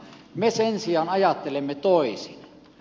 me sen sijaan ajattelemme toisin